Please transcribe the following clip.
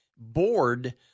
board